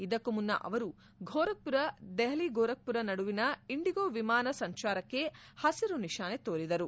ಇದಕ್ಕೂ ಮುನ್ನ ಅವರು ಗೋರಖ್ ಪುರ ದೆಹಲಿ ಗೋರಖ್ ಪುರ ನಡುವಿನ ಇಂಡಿಗೊ ವಿಮಾನ ಸಂಚಾರಕ್ಕೆಹಸಿರು ನಿಶಾನೆ ತೋರಿದರು